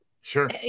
Sure